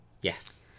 yes